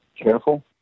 careful